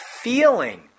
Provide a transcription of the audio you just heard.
feeling